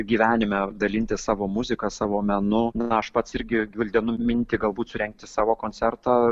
gyvenime dalintis savo muzika savo menu na aš pats irgi gvildenu mintį galbūt surengti savo koncertą